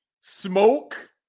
smoke